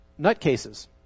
nutcases